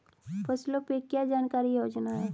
फसलों पे क्या सरकारी योजना है?